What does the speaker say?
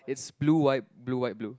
it's blue white blue white blue